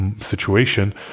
situation